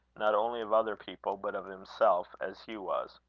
not only of other people, but of himself, as hugh was.